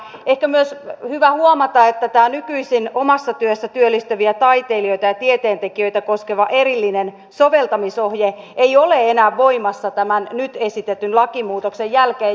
mutta ehkä on myös hyvä huomata että tämä nykyisin omassa työssä työllistyviä taiteilijoita ja tieteentekijöitä koskeva erillinen soveltamisohje ei ole enää voimassa tämän nyt esitetyn lakimuutoksen jälkeen